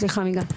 סליחה מיגל,